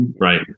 Right